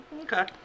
Okay